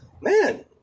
man